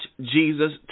Jesus